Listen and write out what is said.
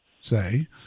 say